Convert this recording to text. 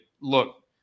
look